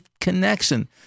connection